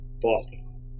Boston